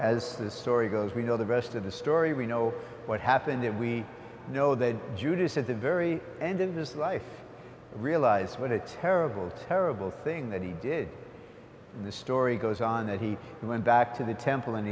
as the story goes we know the rest of the story we know what happened there we know that judas at the very end of this life realized what a terrible terrible thing that he did the story goes on that he went back to the temple and